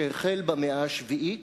שהחל במאה השביעית.